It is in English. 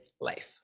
life